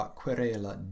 querela